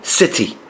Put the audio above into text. city